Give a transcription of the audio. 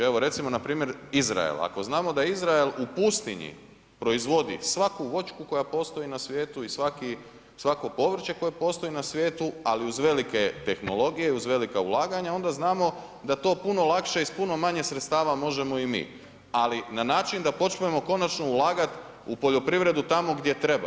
Evo recimo npr. Izraela, ako znamo da Izrael u pustinji proizvodi svaku voćku koja postoji na svijetu i svako povrće koje postoji na svijetu ali uz velike tehnologije i uz velika ulaganja onda znamo da to puno lakše i sa puno manje sredstava možemo i mi ali na način da počnemo konačno ulagati u poljoprivredu tamo gdje treba.